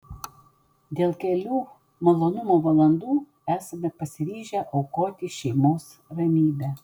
dėl kelių malonumo valandų esame pasiryžę aukoti šeimos ramybę